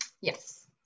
Yes